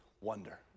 wonder